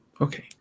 okay